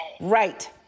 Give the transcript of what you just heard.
Right